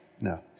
no